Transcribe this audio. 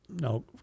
no